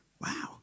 Wow